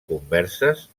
converses